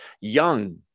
young